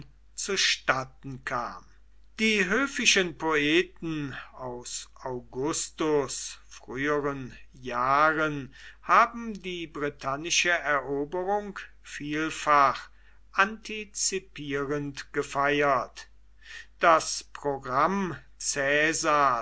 zustatten kam die höfischen poeten aus augustus früheren jahren haben die britannische eroberung vielfach antizipierend gefeiert das programm